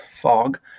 fog